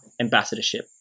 ambassadorship